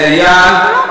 לאייל,